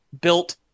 built